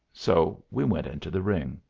so we went into the ring.